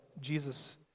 Jesus